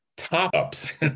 top-ups